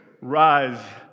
rise